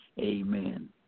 amen